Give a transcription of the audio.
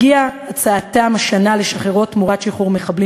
הגיעה הצעתם השנה לשחררו תמורת שחרור מחבלים